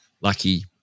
lucky